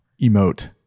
emote